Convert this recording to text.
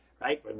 Right